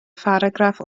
pharagraff